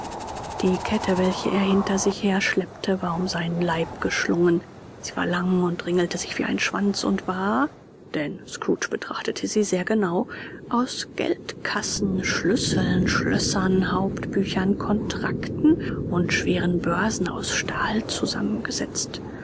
die kette welche er hinter sich her schleppte war um seinen leib geschlungen sie war lang und ringelte sich wie ein schwanz und war denn scrooge betrachtete sie sehr genau aus geldkassen schlüsseln schlössern hauptbüchern kontrakten und schweren börsen aus stahl zusammengesetzt